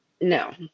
No